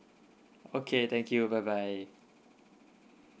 okay thank you bye bye